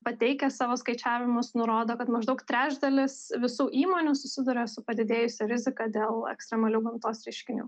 pateikia savo skaičiavimus nurodo kad maždaug trečdalis visų įmonių susiduria su padidėjusia rizika dėl ekstremalių gamtos reiškinių